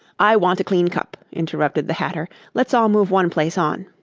i want a clean cup interrupted the hatter let's all move one place on